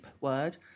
word